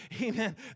Amen